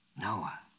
Noah